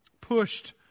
pushed